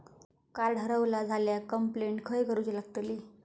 Card हरवला झाल्या complaint खय करूची लागतली?